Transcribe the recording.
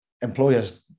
employers